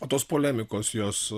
o tos polemikos jos